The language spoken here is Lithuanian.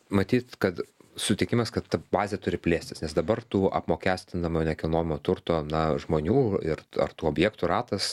matyt kad sutikimas kad ta bazė turi plėstis nes dabar tų apmokestinamojo nekilnojamojo turto na žmonių ir ar tų objektų ratas